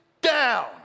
down